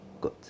Good